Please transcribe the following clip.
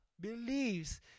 believes